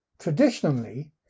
Traditionally